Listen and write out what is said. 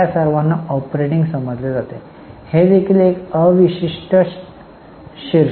आता त्या सर्वांना ऑपरेटिंग समजले जाते हे देखील एक अवशिष्ट शीर्षक आहे